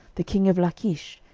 the king of lachish,